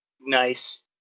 Nice